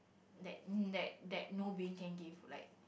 that that that moving can give like